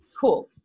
cool